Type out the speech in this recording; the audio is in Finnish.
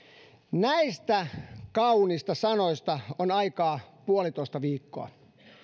näistä kauniista sanoista on aikaa puolitoista viikkoa